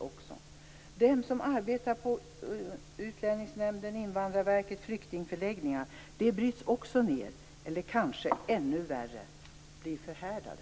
Det gäller dem som arbetar på Utlänningsnämnden, Invandrarverket och på flyktingförläggningar. De bryts också ned. Eller kanske ännu värre: De blir förhärdade.